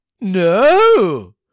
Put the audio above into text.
No